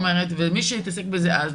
מי שהתעסק בזה אז,